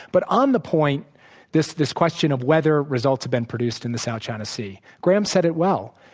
but on the point this this question of whether results have been produced in the south china sea, graham said it well.